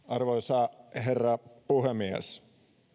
arvoisa herra puhemies